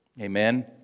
Amen